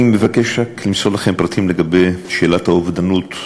אני מבקש רק למסור לכם פרטים לגבי שאלת האובדנות,